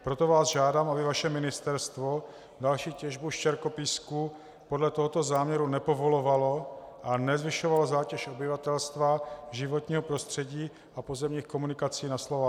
Proto vás žádám, aby vaše ministerstvo další těžbu štěrkopísku podle tohoto záměru nepovolovalo a nezvyšovalo zátěž obyvatelstva, životního prostředí a pozemních komunikací na Slovácku.